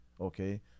Okay